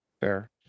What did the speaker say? fair